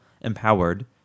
empowered